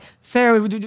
Sarah